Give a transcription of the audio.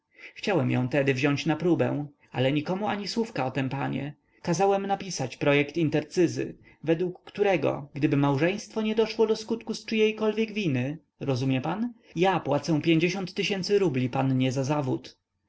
chcąc ją tedy wziąć na próbę ale nikomu ani słówka o tem panie kazałem napisać projekt intercyzy według którego gdyby małżeństwo nie doszło do skutku z czyjejkolwiek winy rozumie pan ja płacę pięćdziesiąt tysięcy rubli pannie za zawód